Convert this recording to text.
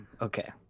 Okay